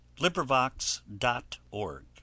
LibriVox.org